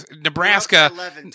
Nebraska